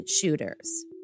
shooters